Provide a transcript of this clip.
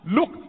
Look